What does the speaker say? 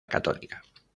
católica